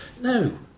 No